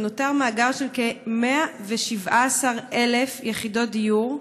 ונותר מאגר של כ-117,000 יחידות דיור,